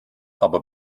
aber